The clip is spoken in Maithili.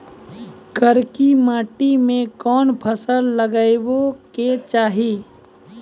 करकी माटी मे कोन फ़सल लगाबै के चाही?